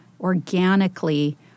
organically